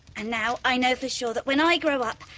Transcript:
and now i know for sure that, when i grow up,